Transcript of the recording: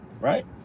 right